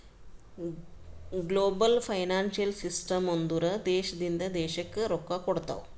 global financial system ಅಂದುರ್ ದೇಶದಿಂದ್ ದೇಶಕ್ಕ್ ರೊಕ್ಕಾ ಕೊಡ್ತಾವ್